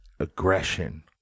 aggression